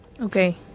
Okay